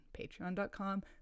patreon.com